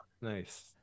Nice